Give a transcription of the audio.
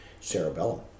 cerebellum